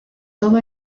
todo